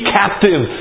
captive